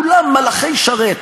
כולם מלאכי שרת,